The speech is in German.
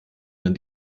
man